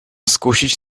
skusić